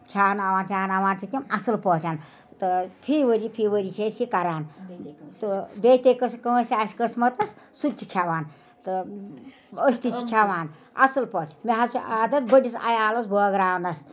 کھیٛاناوان چاناوان چھِ تِم اصٕل پٲٹھۍ تہٕ فی ؤرِیہِ فی ؤری چھِ أسۍ یہِ کران تہٕ بیٚیہِ تے کٲنٛسہِ کٲنٛسہِ آسہِ قٕسمتَس سُہ تہِ چھِ کھٮ۪وان تہٕ أسۍ تہِ چھِ کھٮ۪وان اصٕل پٲٹھۍ مےٚ حظ چھِ عادت بٔڑِس عیالس بٲگراونس